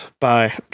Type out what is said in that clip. Bye